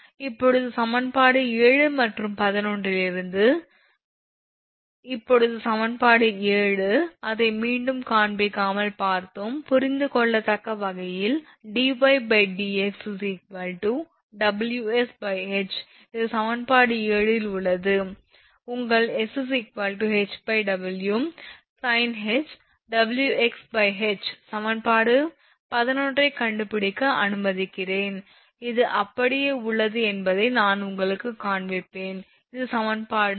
இப்போது சமன்பாடு 7 மற்றும் 11 இலிருந்து இப்போது சமன்பாடு 7 அதை மீண்டும் காண்பிக்காமல் பார்த்தோம் புரிந்துகொள்ளத்தக்க வகையில் dydx WsH இது சமன்பாடு 7 இல் உள்ளது உங்கள் s HW sinh WxH சமன்பாடு 11 ஐக் கண்டுபிடிக்க அனுமதிக்கிறேன் இது அப்படியே உள்ளது என்பதை நான் உங்களுக்குக் காண்பிப்பேன் இது சமன்பாடு 11 சரி